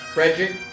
Frederick